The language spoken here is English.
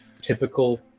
typical